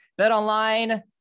BetOnline